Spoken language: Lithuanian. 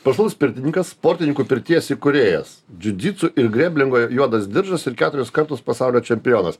profesionalus pirtininkas sportininkų pirties įkūrėjas džiudžitsu ir greblingo juodas diržas ir keturis kartus pasaulio čempionas